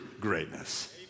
greatness